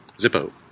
Zippo